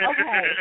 Okay